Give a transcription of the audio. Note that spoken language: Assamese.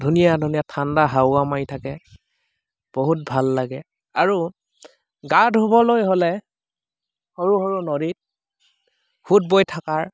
ধুনীয়া ধুনীয়া ঠাণ্ডা হাৱা মাৰি থাকে বহুত ভাল লাগে আৰু গা ধুবলৈ হ'লে সৰু সৰু নদীত সোঁত বৈ থকাৰ